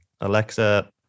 Alexa